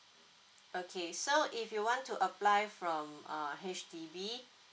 okay so if you want to apply from uh H_D_B